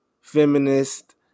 feminist